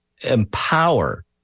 empower